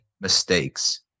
mistakes